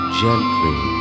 gently